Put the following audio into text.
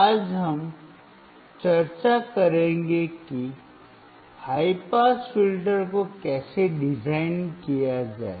आज हम चर्चा करेंगे कि हाई पास फिल्टर को कैसे डिजाइन किया जाए